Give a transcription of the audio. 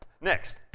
next